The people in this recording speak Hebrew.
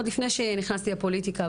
עוד לפני שנכנסתי לפוליטיקה,